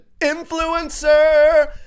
influencer